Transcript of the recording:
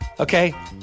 Okay